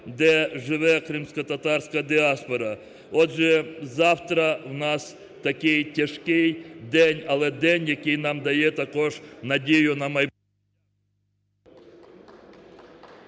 де живе кримськотатарська діаспора. Отже, завтра у нас такий тяжкий день, але день, який нам дає також надію на майбутнє…